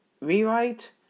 Rewrite